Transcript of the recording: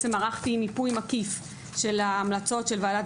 ערכתי מיפוי מקיף של ההמלצות של ועדת